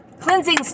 cleansing